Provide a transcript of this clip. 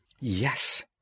yes